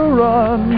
run